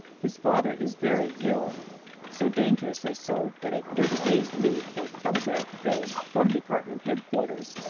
his father is very ill so dangerously so that a thirty-days' leave was telegraphed faye from department headquarters,